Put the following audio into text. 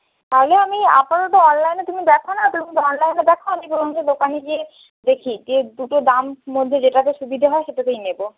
তাহলে আমি আপাতত অনলাইনে তুমি দেখো না তুমি অনলাইনে দেখো আমি বরঞ্চ দোকানে গিয়ে দেখি দিয়ে দুটো দাম মধ্যে যেটাতে সুবিধে হয় সেটাতেই নেবো